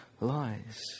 lies